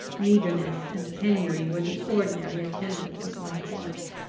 meagreness and penury were the ordinary attendants of my course.